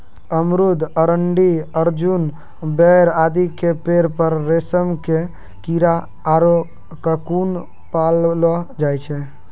अमरूद, अरंडी, अर्जुन, बेर आदि के पेड़ पर रेशम के कीड़ा आरो ककून पाललो जाय छै